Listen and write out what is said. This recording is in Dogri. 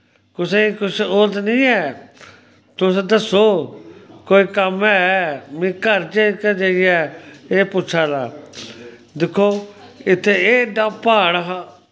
तुसें कुछ होर ते नी ऐ तुस दस्सो कोई कम्म ऐ में घर जाइयै एह् पुच्छा ना दिक्खो इत्थे एह् एड्डा प्हाड़ हा